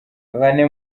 bane